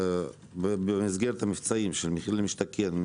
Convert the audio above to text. במסגרת המבצעים של מחיר משתכן,